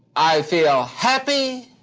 i feel happy!